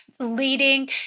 leading